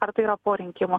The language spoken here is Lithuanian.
ar tai yra po rinkimų